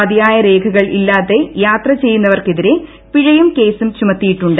മതിയായ രേഖകൾ ഇല്ലാതെ യാത്ര ചെയ്തവർക്കെതിരെ പിഴയും കേസും ചുമത്തിയിട്ടുണ്ട്